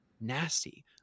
nasty